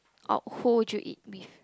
or who would you eat with